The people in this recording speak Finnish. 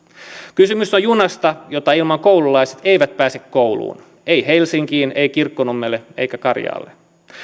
kysymys on junasta jota ilman koululaiset eivät pääse kouluun eivät helsinkiin eivät kirkkonummelle eivätkä karjaalle